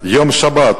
ביום שבת